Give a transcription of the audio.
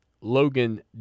Logan